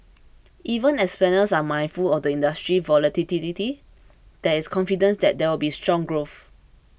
even as planners are mindful of the industry's volatility there is confidence that there will be strong growth